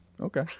Okay